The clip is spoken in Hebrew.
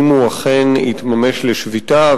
אם הוא אכן יתממש לשביתה,